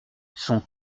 sont